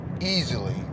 easily